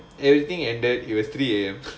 by that time everything ended it was three A_M